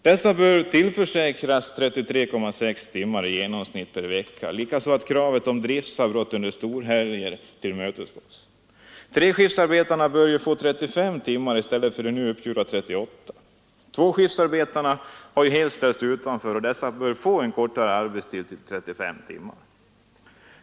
Dessa bör tillförsäkras 33,6 timmar i genomsnitt per vecka. Likaså bör kravet om driftsavbrott under storhelger tillmötesgås. Treskiftsarbetarna bör få 35 timmar i stället för som nu 38 timmar. Tvåskiftsarbetarna har helt ställts utanför, men även deras arbetstid bör förkortas till 35 timmar.